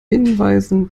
hinweisen